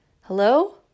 Hello